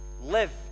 live